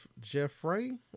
jeffrey